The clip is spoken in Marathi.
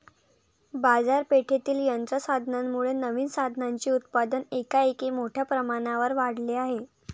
बाजारपेठेतील यंत्र साधनांमुळे नवीन साधनांचे उत्पादन एकाएकी मोठ्या प्रमाणावर वाढले आहे